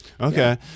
Okay